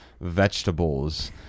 vegetables